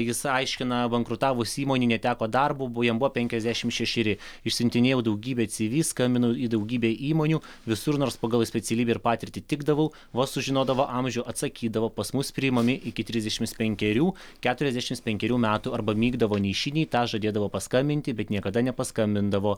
jis aiškina bankrutavus įmonei neteko darbo buvo jam buvo penkiasdešimt šešeri išsiuntinėjau daugybę cv skambinau į daugybę įmonių visur nors pagal specialybę ir patirtį tikdavau vos sužinodavo amžių atsakydavo pas mus priimami iki trisdešimt penkerių keturiasdešimt penkerių metų arba mykdavo nei šį nei tą žadėdavo paskambinti bet niekada nepaskambindavo